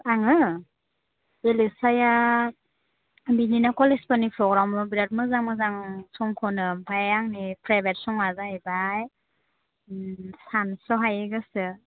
आङो एलिसाया बिदिनो कलेजफोरनि प्रग्रामाव बिराद मोजां मोजां सं खनो ओमफ्राय आंनि फेभ्रिट सङा जाहैबाय सानस'हायि गोसो